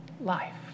life